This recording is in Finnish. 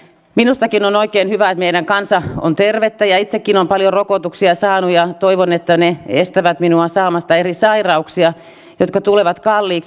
minustakin on oikein hyvä että meidän kansa on tervettä ja itsekin olen paljon rokotuksia saanut ja toivon että ne estävät minua saamasta eri sairauksia jotka tulevat kalliiksi